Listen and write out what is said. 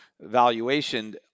valuation